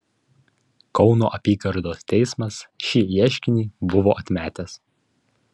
kauno apygardos teismas šį ieškinį buvo atmetęs